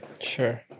Sure